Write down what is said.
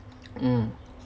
mm